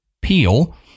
peel